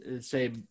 say